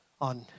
on